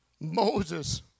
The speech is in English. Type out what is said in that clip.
Moses